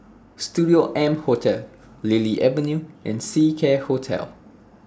Studio M Hotel Lily Avenue and Seacare Hotel